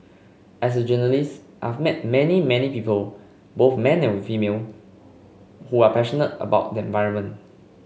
as a journalist I've met many many people both male and female who are passionate about the environment